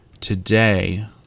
today